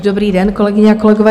Dobrý den, kolegyně a kolegové.